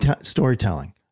storytelling